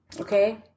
Okay